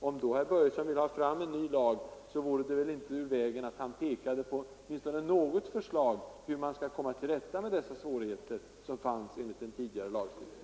Om då herr Börjesson vill ha fram en ny lag vore det inte ur vägen att han hade åtminstone något förslag om hur man skall komma till rätta med de svårigheter som fanns i den tidigare lagstiftningen.